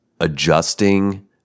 adjusting